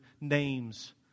names